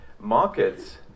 markets